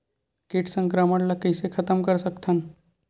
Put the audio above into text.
कीट संक्रमण ला कइसे खतम कर सकथन?